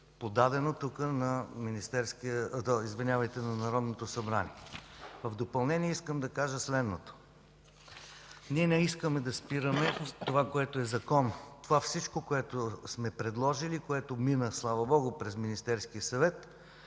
подадено на Народното събрание. В допълнение, ние не искаме да спираме това, което е законно. Всичко, което сме предложили и което мина, слава Богу, пред Министерския съвет,